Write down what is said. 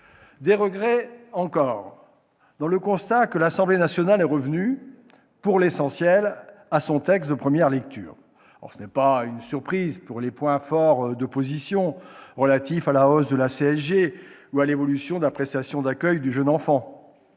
Des regrets, encore, à constater que l'Assemblée nationale est revenue, pour l'essentiel, à son texte de première lecture. Ce n'est pas une surprise s'agissant des points forts de divergence, relatifs à la hausse de la CSG ou à l'évolution de la prestation d'accueil du jeune enfant.